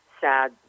sad